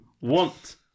want